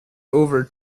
over